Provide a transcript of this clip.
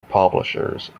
publishers